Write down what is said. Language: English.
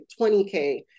20K